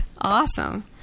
Awesome